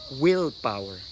willpower